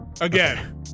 again